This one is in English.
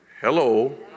Hello